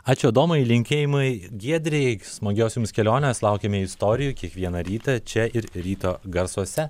ačiū adomai linkėjimai giedrei smagios jums kelionės laukiame istorijų kiekvieną rytą čia ir ryto garsuose